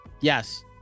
Yes